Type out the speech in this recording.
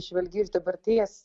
žvelgi iš dabarties